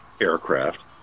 aircraft